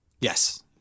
Yes